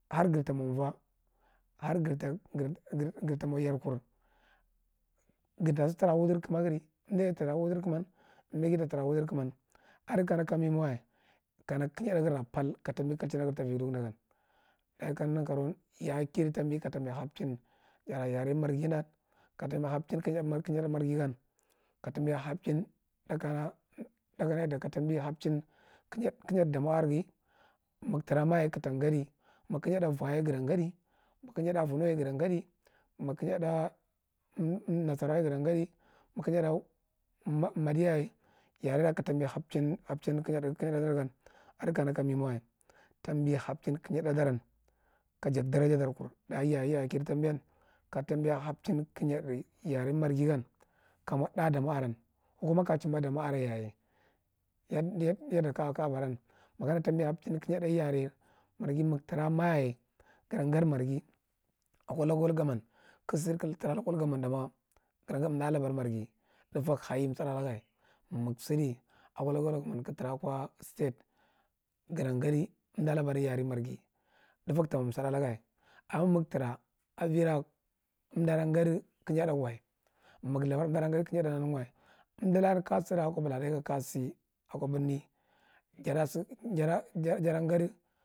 Har gre tat movo, har gre ta gre ta nyo yarkur, gre ta si tra ko wadre kuma gre umdighi ta tra ko waudre umman, umdighi ta tra wudre kumman, adi ke maka me mawa kana kiyathath grera parth ka tambi klachin ta avi dokudagan, daya kaneghi nan karouwan ya a kidi tambi ka tamb hapchin yar ara yare marghi dam ka tambi hapchin kiyada marghi dan ka tambi ya hapchin thath ka na yadda ka tambi hapchin kiyad da mo nreghi, maga tra mayaje gata gadi, ma kiyad thirth voye ka tam gadi, ma kiyad thirth voye ka tam gadi, ma kiyad thath afoumo yaye ga damgadi, ma kiyad thath umi umi na sura yaye gata gadi, ma kiyad thath um madiyaye yarera ka tambi hapchin hepchin kiyad thirth dar gan adikana ka me mawa. Hambi hapchin kiyad thiath dar ka jak daraja dar kur, doye ya a ye ya a kigdi tambi yan ka tambi hapchin kiyadd thith yari marghi gam ka mo thirth da mo aram, ko kuma ka jumber domo aram yaye, yad yadda ka a buram ma kana tambi hapchin kiyad yare marghi ma kama maghi ra ma yaye ya tam gadi yare marghi, ako local goman kagha sidi kagha tra local goman da mo ga ta gadi umda labar marghi thufagu haiye budda alaga, ma gha sidi a ko local gaman ka gha tra ko state, ga ta gadi unda labar yare marghi thuthfagu tano sudda laga, a ma ga tra avira, umda da gadi kiyad thurth guwa ma gu labar ga da gadi kiyadda ranin ye umdi laka kaja sidi akōbula deka ja si ako ibrimi jada jada jadi.